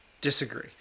Disagree